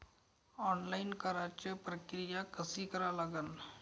Online कराच प्रक्रिया कशी करा लागन?